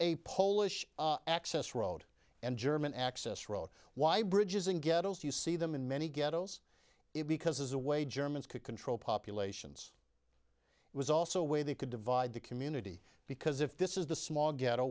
a polish access road and german access road why bridges in ghettos you see them in many ghettos it because as a way germans could control populations it was also a way they could divide the community because if this is the small ghetto